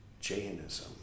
Jainism